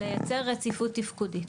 לייצר רציפות תפקודית.